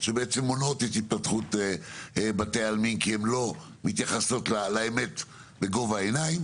שמונעות את התפתחות בתי העלמין כי הן לא מתייחסות לאמת בגובה העיניים